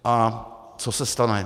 A co se stane?